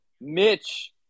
Mitch